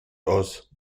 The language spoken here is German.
aus